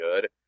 good